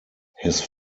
his